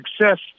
success